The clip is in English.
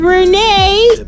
Renee